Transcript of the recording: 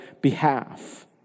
behalf